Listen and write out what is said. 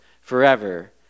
forever